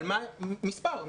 לתת מספר,